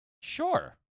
Sure